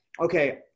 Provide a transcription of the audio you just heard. okay